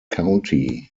county